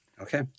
Okay